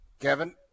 Kevin